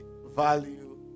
value